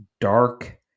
dark